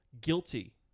guilty